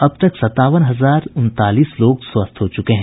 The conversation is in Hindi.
अब तक संतावन हजार उनतालीस लोग स्वस्थ हो चुके हैं